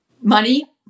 money